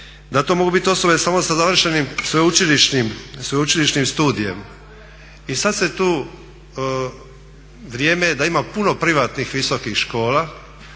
da to mogu biti osobe samo sa završenim sveučilišnim studijem. I sad se tu, vrijeme je da ima puno privatnih visokih škola,